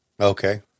Okay